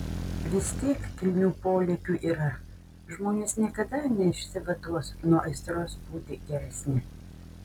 vis tiek kilnių polėkių yra žmonės niekada neišsivaduos nuo aistros būti geresni